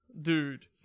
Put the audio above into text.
dude